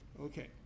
Okay